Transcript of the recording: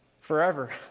forever